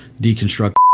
deconstruct